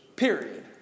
Period